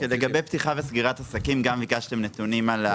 לגבי פתיחה וסגירה של עסקים ביקשתם נתונים.